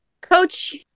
coach